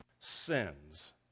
Sins